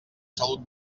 salut